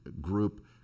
group